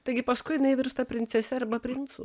taigi paskui jinai virsta princese arba princu